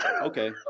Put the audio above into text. okay